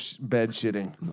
bed-shitting